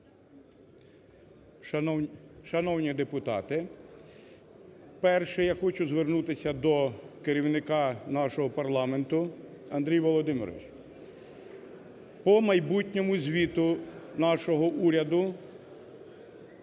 Шановні депутати! Перше, я хочу звернутися до керівника нашого парламенту, Андрій Володимирович, по майбутньому звіту нашого уряду,